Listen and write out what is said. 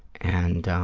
and